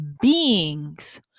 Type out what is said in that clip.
beings